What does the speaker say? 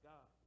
God